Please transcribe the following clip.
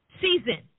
Season